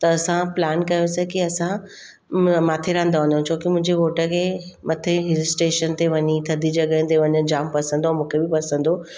त असां प्लान कयोसीं की असां माथेरान था वञूं छोकी मुंहिंजे घोठ खे मथे हिल स्टेशन ते वञी थधी जॻहियुनि ते वञणु जाम पसंदि आहे मूंखे बि पसंदि हुओ